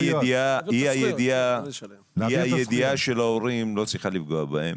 אי הידיעה של ההורים לא צריכה לפגוע בהם,